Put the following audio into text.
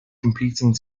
competing